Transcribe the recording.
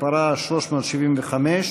מספרה 375,